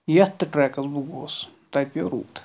یتھ تہِ ٹریکَس بہٕ گوس تتہِ پیوٚو روٗد